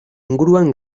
inguruan